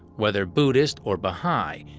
whether buddhist or baha'i,